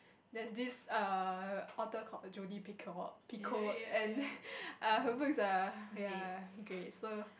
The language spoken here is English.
that's this err author called Judy peacock Picoult and her books are ya great so